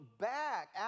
back